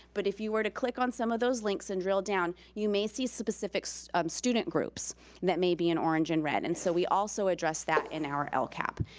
but if you were to click on some of those links and drill down, you may see specific so um student groups that may be in orange and red. and so we also address that in our lcap.